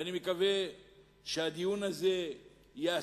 ואני מקווה שהדיון הזה ייעשה,